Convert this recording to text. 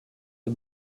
the